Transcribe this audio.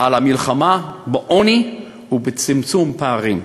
על המלחמה בעוני ובצמצום הפערים.